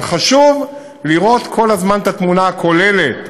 אבל חשוב לראות כל הזמן את התמונה הכוללת.